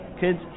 kids